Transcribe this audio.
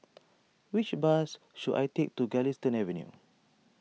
which bus should I take to Galistan Avenue